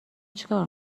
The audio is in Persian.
چیکار